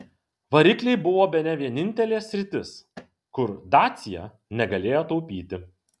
varikliai buvo bene vienintelė sritis kur dacia negalėjo taupyti